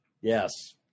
Yes